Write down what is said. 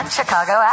Chicago